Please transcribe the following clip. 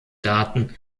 daten